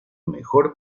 mejor